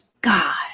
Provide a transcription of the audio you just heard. God